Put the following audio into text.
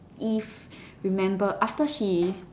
eve remember after she